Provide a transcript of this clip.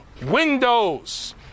windows